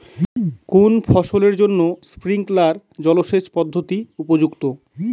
কোন ফসলের জন্য স্প্রিংকলার জলসেচ পদ্ধতি উপযুক্ত?